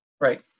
Right